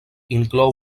inclou